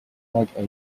like